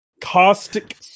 Caustic